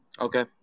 Okay